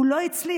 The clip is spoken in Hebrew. הוא לא הצליח,